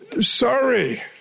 sorry